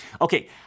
Okay